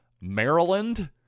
Maryland